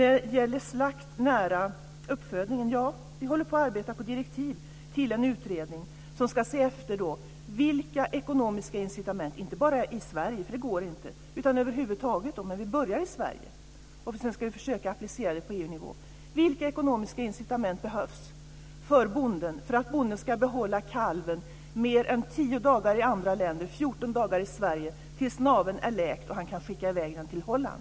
När det gäller slakt nära uppfödningen håller vi på att arbeta med direktiv till en utredning som ska se efter vilka ekonomiska incitament som behövs inte bara i Sverige, för det går inte, utan över huvud taget. Men vi börjar i Sverige, och sedan ska vi försöka applicera det på EU-nivå. Man ska se efter vilka ekonomiska incitament som behövs för att bonden ska behålla kalven - mer än tio dagar i andra länder, 14 dagar i Sverige - tills naveln är läkt och han kan skicka iväg den till Holland.